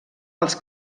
als